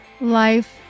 life